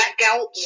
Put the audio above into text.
blackouts